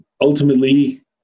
ultimately